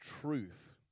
truth